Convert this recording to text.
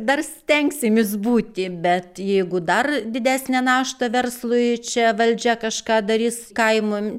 dar stengsimės būti bet jeigu dar didesnę naštą verslui čia valdžia kažką darys kaimo